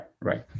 right